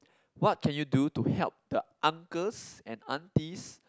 what can you do to help the uncles and aunties